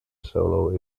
solo